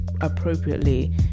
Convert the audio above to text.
appropriately